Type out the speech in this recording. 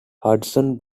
hudson